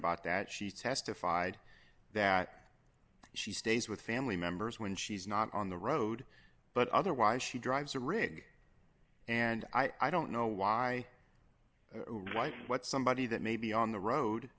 about that she testified that she stays with family members when she's not on the road but otherwise she drives a rig and i don't know why but somebody that may be on the